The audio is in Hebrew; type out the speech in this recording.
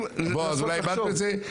בוא, אז אולי איבדנו את זה.